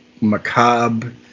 macabre